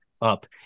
up